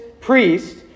priest